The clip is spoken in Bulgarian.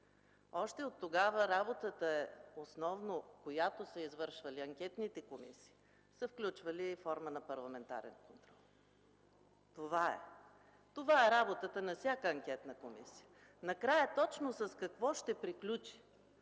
Още оттогава в основната работа, която са извършвали анкетните комисии, са включвали и форма на парламентарен контрол. Това е! Това е работата на всяка анкетна комисия. Накрая точно с какво ще приключи